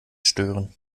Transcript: stören